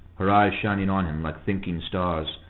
her eyes shining on him like thinking stars,